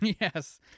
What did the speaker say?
Yes